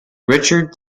richard